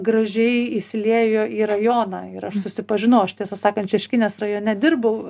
gražiai įsiliejo į rajoną ir aš susipažinau aš tiesą sakant šeškinės rajone dirbau